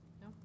No